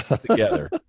together